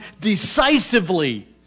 decisively